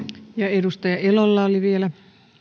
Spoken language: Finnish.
ja edustaja elolla oli vielä